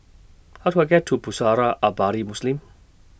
How Do I get to Pusara Abadi Muslim